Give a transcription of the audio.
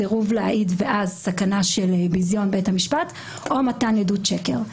סירוב להעיד ואז סכנה של ביזיון בית המשפט או מתן עדות שקר.